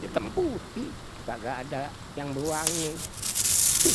Item putih, kagak ada yang berwarne.